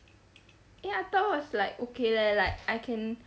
eh I thought it's like okay leh like I can